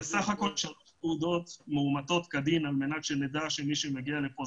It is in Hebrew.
כאשר התעודות מאומתת כדין על מנת שנדע שמי שמגיע לכאן,